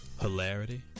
hilarity